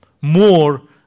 more